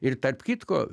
ir tarp kitko